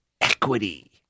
equity